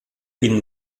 ihnen